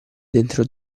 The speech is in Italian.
dentro